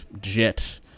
jet